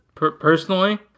personally